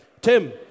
Tim